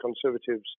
Conservatives